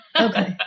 Okay